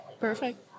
Perfect